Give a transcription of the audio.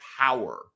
power